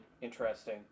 interesting